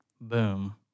Boom